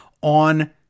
on